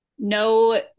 No